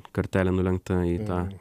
kartelė nulenkta į tą